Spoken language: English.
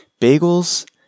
Bagels